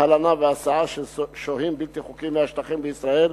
הלנה והסעה של שוהים בלתי חוקיים מהשטחים בישראל,